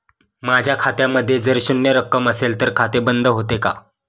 माझ्या खात्यामध्ये जर शून्य रक्कम असेल तर खाते बंद होते का?